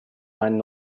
meinen